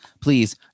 Please